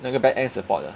那个 back end support 的